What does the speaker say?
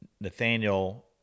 nathaniel